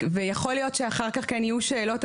ויכול להיות שאחר כך כן יהיו שאלות,